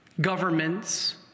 governments